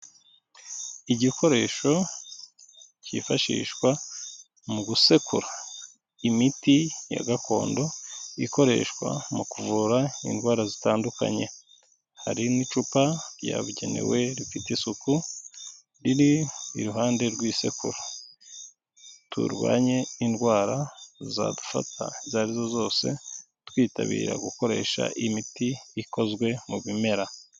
Igikoresho kifashishwa mu gusekura imiti ya gakondo ikoreshwa mu kuvura indwara zitandukanye, hari n'icupa ryabugenewe rifite isuku, riri iruhande rw'isekuru. Turwanye indwara zadufata izo ari zo zose, twitabira gukoresha imiti ikozwe mu bimera.